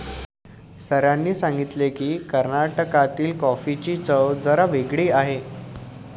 सरांनी सांगितले की, कर्नाटकातील कॉफीची चव जरा वेगळी आहे